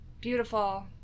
beautiful